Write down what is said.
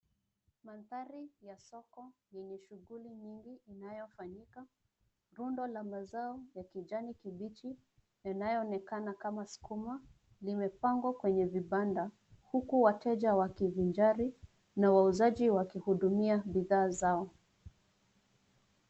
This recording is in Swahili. Mandhari ya soko yenye shughuli nyingi inayofanyika, rundo la mazao ya kijani kibichi inayoonekana kama sukuma, limepangwa kwenye vibanda huku wateja wakivinjari na wauzaji wakihudumia bidhaa zao.